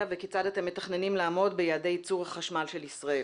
וכיצד אתם מתכננים לעמוד ביעדי ייצור החשמל של ישראל.